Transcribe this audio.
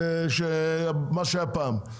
מה שהיה פעם,